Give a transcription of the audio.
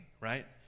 right